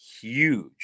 huge